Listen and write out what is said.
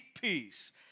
peace